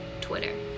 Twitter